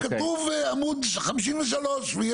אני